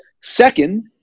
Second